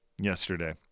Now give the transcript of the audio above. yesterday